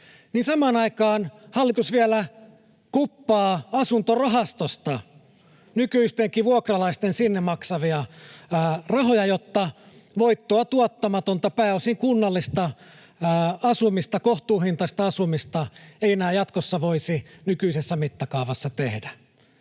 työllisyyttä — hallitus vielä kuppaa asuntorahastosta nykyistenkin vuokralaisten sinne maksamia rahoja, jotta voittoa tuottamatonta, pääosin kunnallista, kohtuuhintaista asumista ei enää jatkossa voisi nykyisessä mittakaavassa tehdä.